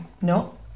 no